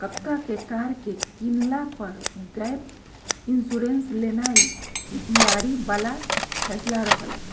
कक्का के कार के किनला पर गैप इंश्योरेंस लेनाइ बुधियारी बला फैसला रहइ